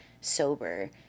sober